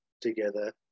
together